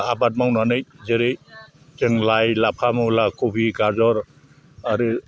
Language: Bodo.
आबाद मावनानै जेरै जों लाइ लाफा मुला खफि गाजर आरो